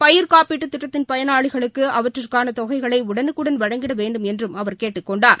பயிர்க் காப்பீட்டுதிட்டத்தின் பயனாளிகளுக்குஅவற்றிற்கானதொகைகளைஉடனுக்குடன் வழங்கிடவேண்டும் என்றும் அவர் கேட்டுக் கொண்டார்